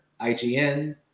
IGN